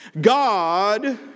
God